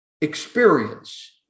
experience